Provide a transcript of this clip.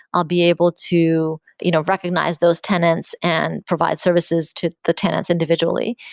i'll be able to you know recognize those tenants and provide services to the tenants individually,